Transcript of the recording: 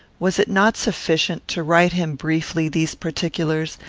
was it not sufficient to write him briefly these particulars,